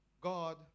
God